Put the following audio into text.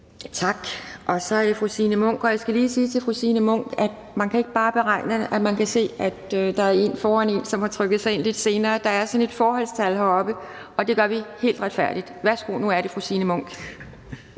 Tak. Så er det fru Signe Munk. Jeg skal lige sige til fru Signe Munk, at man ikke bare kan beregne sig frem til, at det er ens tur, selv om man har trykket sig ind tidligere. Der er et forholdstal heroppe, så det foregår helt retfærdigt. Nu er det fru Signe Munk.